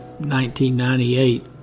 1998